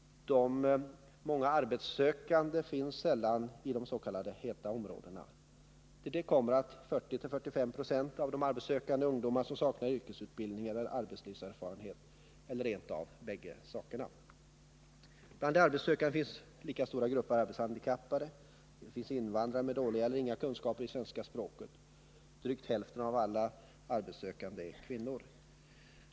De många arbetssökande finns sällan i de s.k. heta områdena. Till det kommer att 40-45 96 av de arbetssökande är ungdomar som saknar yrkesutbildning eller arbetslivserfarenhet eller rent av bäggedera. Bland de arbetssökande finns lika stora grupper arbetshandikappade som invandrare med dåliga eller inga kunskaper i svenska språket. Drygt hälften av alla arbetssökande är kvinnor.